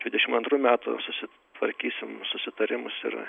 dvidešim antrų metų susitvarkysim susitarimus ir